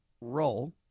role